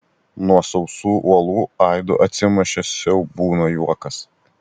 nuo sausų uolų aidu atsimušė siaubūno juokas